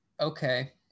okay